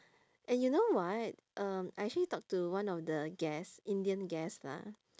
and you know what um I actually talk to one of the guest indian guest lah